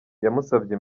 yamusabye